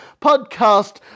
podcast